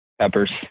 Peppers